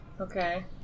Okay